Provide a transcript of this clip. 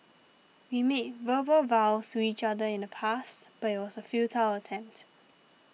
we made verbal vows to each other in the past but it was a futile attempt